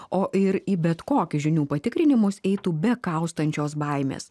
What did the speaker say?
o ir į bet kokius žinių patikrinimus eitų be kaustančios baimės